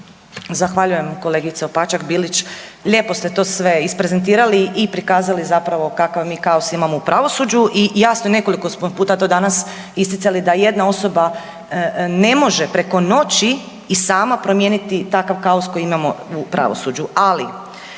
Zahvaljujem kolegice Opačak-Bilić. Lijepo ste to sve isprezentirali i prikazali zapravo kakav mi kaos imamo u pravosuđu. I jasno je nekoliko smo puta to danas isticali da jedna osoba ne može preko noći i sama promijeniti takav kaos koji imamo u pravosuđu.